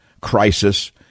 crisis